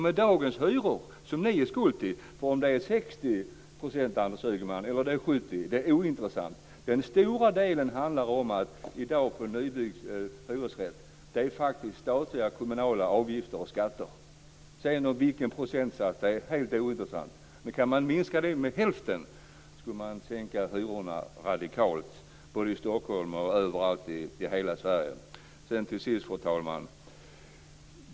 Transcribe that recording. Det är ni som är skyldiga till dagens hyror. Den stora delen av hyran för en nybyggd hyresrätt är statliga och kommunala avgifter och skatter. Det är helt ointressant vilken procentsats det rör sig om, Anders Ygeman. Kan man minska avgifterna med hälften, skulle man sänka hyrorna radikalt, både i Stockholm och i övriga Sverige. Fru talman!